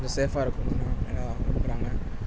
சேஃப்பாக இருக்கணும்னு எல்லாம் விரும்புகிறாங்க